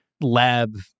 lab